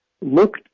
looked